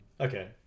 okay